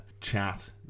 chat